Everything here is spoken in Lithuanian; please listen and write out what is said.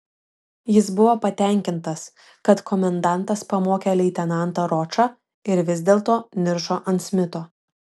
jis buvo patenkintas kad komendantas pamokė leitenantą ročą ir vis dėlto niršo ant smito